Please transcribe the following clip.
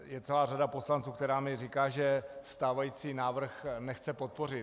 Je celá řada poslanců, která mně říká, že stávající návrh nechce podpořit.